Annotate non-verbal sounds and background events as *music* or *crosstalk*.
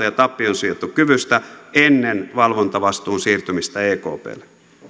*unintelligible* ja tappionsietokyvystä ennen valvontavastuun siirtymistä ekplle